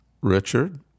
Richard